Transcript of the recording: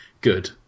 good